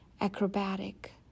acrobatic